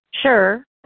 Sure